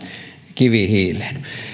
kivihiileen